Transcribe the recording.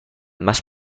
más